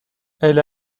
elle